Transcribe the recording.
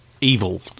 evil